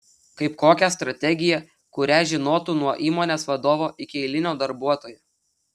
kaip kokia strategija kurią žinotų nuo įmonės vadovo iki eilinio darbuotojo